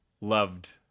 loved